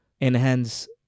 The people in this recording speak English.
enhance